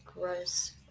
gross